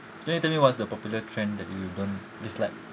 can you tell me what's the popular trend that you don't dislike